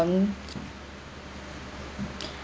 um